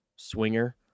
swinger